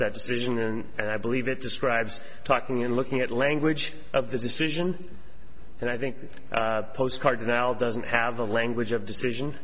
that decision and i believe it described talking and looking at language of the decision and i think the postcard now doesn't have the language of decision